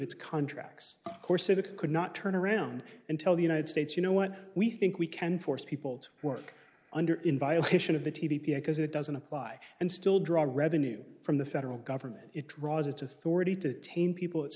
its contracts course it could not turn around and tell the united states you know what we think we can force people to work under in violation of the t v because it doesn't apply and still draw revenue from the federal government it draws its authority to tame people